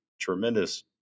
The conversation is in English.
tremendous